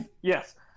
Yes